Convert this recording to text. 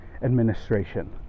administration